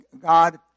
God